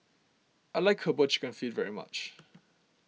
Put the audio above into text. I like Herbal Chicken Feet very much